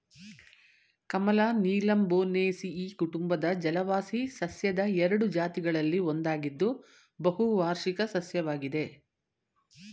ಕಮಲ ನೀಲಂಬೊನೇಸಿಯಿ ಕುಟುಂಬದ ಜಲವಾಸಿ ಸಸ್ಯದ ಎರಡು ಜಾತಿಗಳಲ್ಲಿ ಒಂದಾಗಿದ್ದು ಬಹುವಾರ್ಷಿಕ ಸಸ್ಯವಾಗಿದೆ